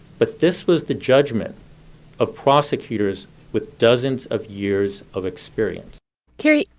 but this was the judgment of prosecutors with dozens of years of experience carrie,